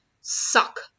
suck